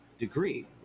Degree